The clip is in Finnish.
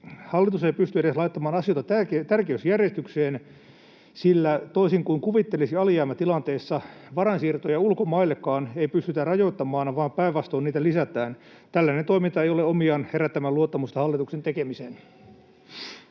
Hallitus ei pysty edes laittamaan asioita tär-keysjärjestykseen, sillä toisin kuin kuvittelisi alijäämätilanteessa, varainsiirtoja ulkomaillekaan ei pystytä rajoittamaan vaan päinvastoin niitä lisätään. Tällainen toiminta ei ole omiaan herättämään luottamusta hallituksen tekemiseen.